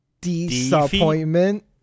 disappointment